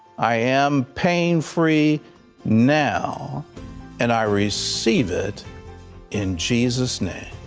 i am pain-free now and i receive it in jesus's name.